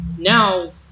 Now